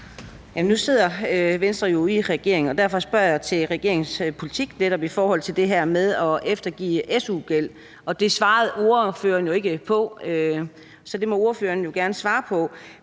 nu sidder Venstre jo i regeringen, og derfor spørger jeg netop til regeringens politik i forhold til det her med at eftergive su-gæld, og det svarede ordføreren ikke på. Så det må ordføreren gerne svare på.